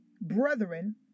brethren